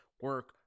Work